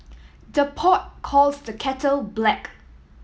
the pot calls the kettle black